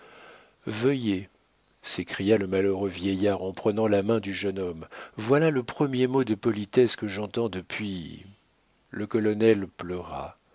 veuillez s'écria le malheureux vieillard en prenant la main du jeune homme voilà le premier mot de politesse que j'entends depuis le colonel pleura